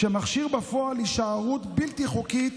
שמכשיר בפועל הישארות בלתי חוקית